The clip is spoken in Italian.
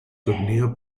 torneo